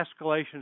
escalation